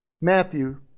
Matthew